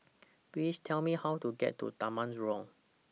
Please Tell Me How to get to Taman Jurong